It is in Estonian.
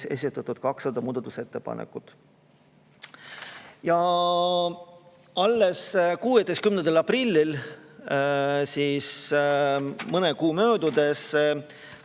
esitatud 200 muudatusettepanekut. Alles 16. aprillil, mõne kuu möödudes,